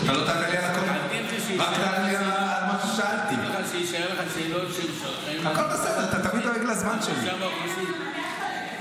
תאמין לי --- הכול בסדר, אתה תלוי בזמן שלי.